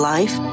Life